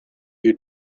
you